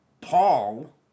Paul